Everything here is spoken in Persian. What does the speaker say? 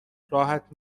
راحت